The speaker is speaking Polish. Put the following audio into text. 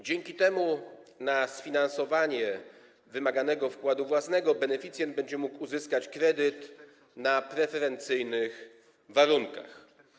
Dzięki temu na sfinansowanie wymaganego wkładu własnego beneficjent będzie mógł uzyskać kredyt na preferencyjnych warunkach.